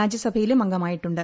രാജ്യസഭയിലും അംഗമായിട്ടുണ്ട്